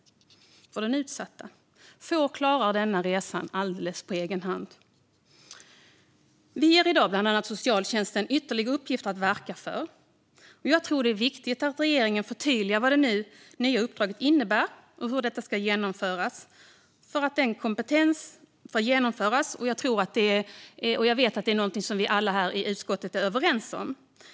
Få klarar att göra den resan helt på egen hand. Vi ger i dag bland annat socialtjänsten ytterligare uppgifter. Jag tror att det är viktigt att regeringen förtydligar vad det nya uppdraget innebär och hur det ska genomföras. Jag vet att alla i utskottet är överens om det.